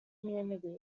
community